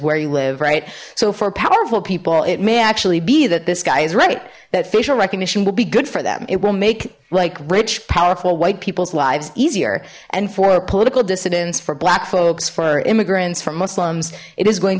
where you live right so for powerful people it may actually be that this guy is right that facial recognition will be good for them it will make like rich powerful white people's lives easier and for political dissidents for black folks for immigrants from muslims it is going